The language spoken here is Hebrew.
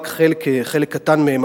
רק חלק קטן מהם,